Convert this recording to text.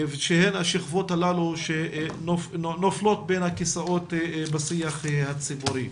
שהן השכבות שנופלות בין הכסאות בשיח הציבורי.